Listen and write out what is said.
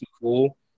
cool